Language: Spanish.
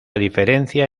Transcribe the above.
diferencia